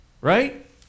right